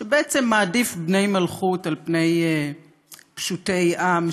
שבעצם מעדיף בני מלכות על פשוטי עם,